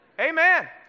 Amen